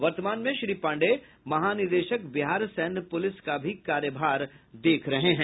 वर्तमान में श्री पांडये महानिदेशक बिहार सैन्य पुलिस का भी कार्यभार देख रहे हैं